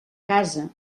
casa